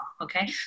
okay